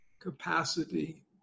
capacity